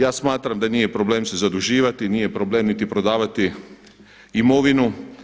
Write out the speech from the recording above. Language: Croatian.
Ja smatram da nije problem se zaduživati, nije problem niti prodavati imovinu.